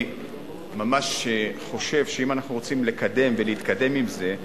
אני ממש חושב שאם אנחנו רוצים לקדם ולהתקדם עם זה,